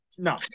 No